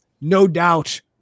no-doubt